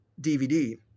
DVD